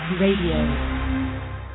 Radio